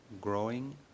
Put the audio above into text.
growing